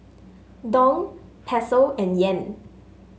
Dong Peso and Yen